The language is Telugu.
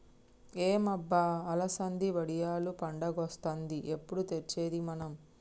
ఏం అబ్బ అలసంది వడియాలు పండగొస్తాంది ఎప్పుడు తెచ్చేది మనం